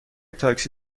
تاکسی